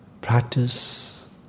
Practice